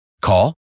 Call